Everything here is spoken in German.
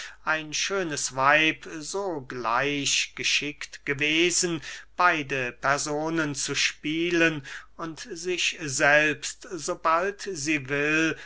ein schönes weib so gleich geschickt gewesen beide personen zu spielen und sich selbst sobald sie will